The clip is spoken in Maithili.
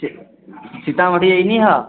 सीतामढ़ी अयनी हऽ